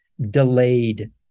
delayed